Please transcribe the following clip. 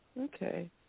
Okay